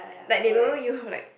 like they don't know you like